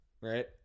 right